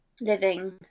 living